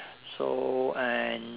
so and